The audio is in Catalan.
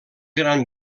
gran